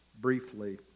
briefly